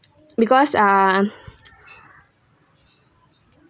because ah